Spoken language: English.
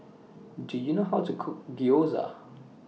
Do YOU know How to Cook Gyoza